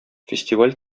фестиваль